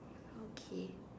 okay